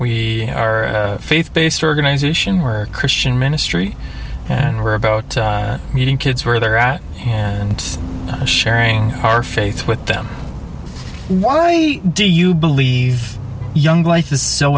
we are faith based organization or christian ministry and we're about meeting kids where they're at and sharing our faith with them why do you believe young life is so